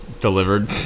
delivered